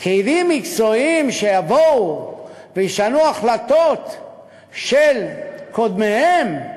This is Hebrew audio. פקידים מקצועיים שיבואו וישנו החלטות של קודמיהם?